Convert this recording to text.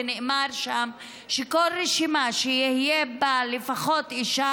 ונאמר שם שכל רשימה שתהיה בה לפחות אישה